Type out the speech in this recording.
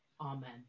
amen